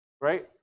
right